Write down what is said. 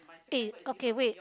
ah okay wait